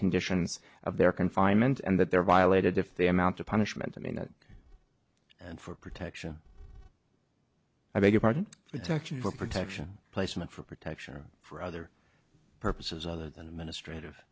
conditions of their confinement and that they're violated if they amount to punishment i mean and for protection i beg your pardon protection for protection placement for protection or for other purposes other than administr